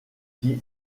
qui